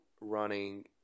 running